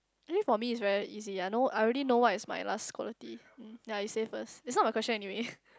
I think for me is very easy ah I know I already know what is my last quality um ya you say first it's not my question anyway